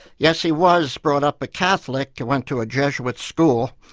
yes, he was brought up a catholic, he went to a jesuit school.